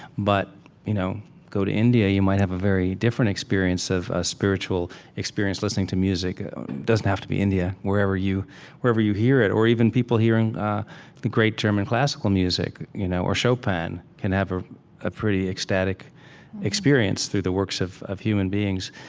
but you know go to india, you might have a very different experience of a spiritual experience listening to music. it doesn't have to be india wherever you wherever you hear it. or even people hearing the great german classical music you know or chopin can have a pretty ecstatic experience through the works of of human beings.